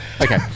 Okay